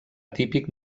típic